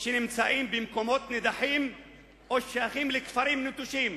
שנמצאים במקומות נידחים או שייכים לכפרים נטושים.